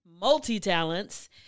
multi-talents